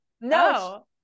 No